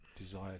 desire